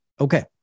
Okay